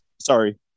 Sorry